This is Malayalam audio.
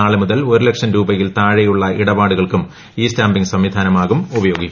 നാളെ മുതൽ ഒരുലക്ഷം രൂപയിൽ താഴെയുള്ള ഇടപാടുകൾക്കും ഇ സ്റ്റാമ്പിംഗ് സംവിധാനമാകും ഉപയോഗിക്കുക